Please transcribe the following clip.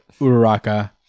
Uraraka